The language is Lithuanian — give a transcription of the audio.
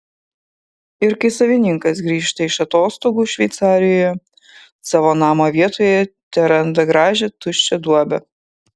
ir kai savininkas grįžta iš atostogų šveicarijoje savo namo vietoje teranda gražią tuščią duobę